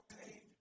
okay